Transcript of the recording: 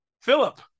Philip